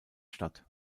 statt